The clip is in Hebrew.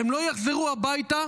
לא יחזרו הביתה